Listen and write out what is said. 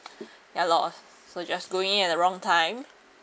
ya lor so just going in at the wrong time